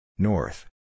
North